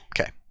Okay